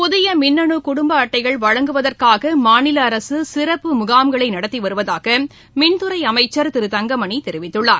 புதியமின்னுகுடும்பஅட்டைகள் வழங்குவதற்காகமாநிலஅரசுசிறப்பு முகாம்களைநடத்திவருவதாகமின்துறைஅமைச்சர் திரு தங்கமணிதெரிவித்துள்ளார்